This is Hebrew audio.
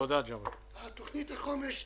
על תוכנית החומש.